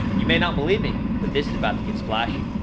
you may not believe me, but this is about to get splashy.